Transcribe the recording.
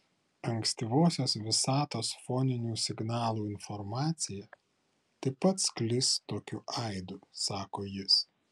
ankstyvosios visatos foninių signalų informacija taip pat sklis tokiu aidu sako jis